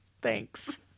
Thanks